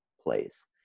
place